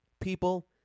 people